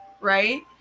right